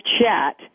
chat